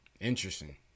Interesting